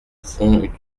fond